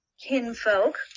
kinfolk